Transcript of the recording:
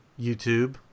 YouTube